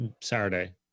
Saturday